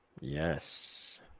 Yes